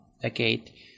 decade